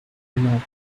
came